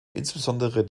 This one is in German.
insbesondere